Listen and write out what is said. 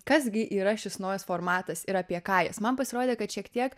kas gi yra šis naujas formatas ir apie ką jis man pasirodė kad šiek tiek